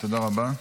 תודה רבה.